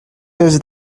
does